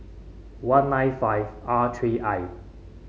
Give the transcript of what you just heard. one nine five R three I